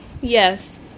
yes